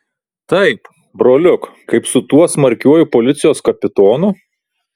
taip broliuk kaip su tuo smarkiuoju policijos kapitonu